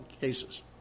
cases